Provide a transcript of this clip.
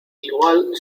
igual